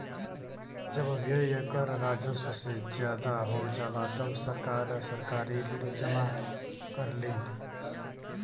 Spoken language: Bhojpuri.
जब व्यय कर राजस्व से ज्यादा हो जाला तब सरकार सरकारी ऋण जमा करलीन